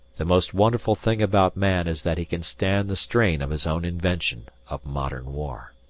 the most wonderful thing about man is that he can stand the strain of his own invention of modern war!